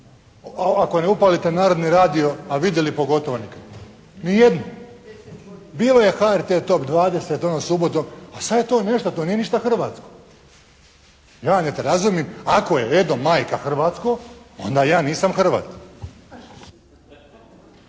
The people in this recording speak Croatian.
ako ne upalite Narodni radio a vidjeli pogotovo nikad, nijednu. Bilo je HRT Top 20 ono subotom, a sad je to nešto, to nije ništa hrvatsko. …/Govornik se ne razumije./… ako je Edo Majka hrvatsko onda ja nisam Hrvat.